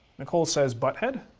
nicole says, butthead?